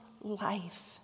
life